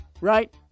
right